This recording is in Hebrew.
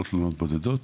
לא תלונות בודדות.